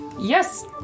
Yes